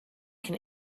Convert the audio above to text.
can